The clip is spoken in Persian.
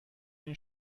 این